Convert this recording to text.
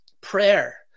prayer